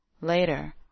Later